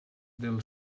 del